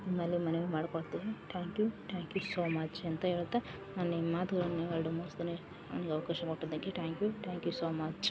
ನಿಮ್ಮಲ್ಲಿ ಮನವಿ ಮಾಡಿಕೊಳ್ತೇವೆ thank you thank you so much ಅಂತ ಹೇಳ್ತಾ ನನ್ನ ಈ ಮಾತುಗಳನ್ ಎರಡು ಮುಗಿಸ್ತೇನೆ ನನಗೆ ಅವಕಾಶ ಕೊಟ್ಟಿದ್ದಕ್ಕೆ thank you thank you so much